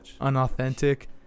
unauthentic